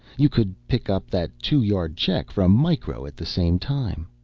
you could pick up that two-yard check from micro at the same time.